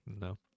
no